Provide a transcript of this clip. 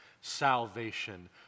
salvation